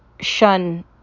shun